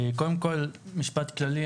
קודם כל, משפט כללי.